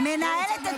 מנהלת את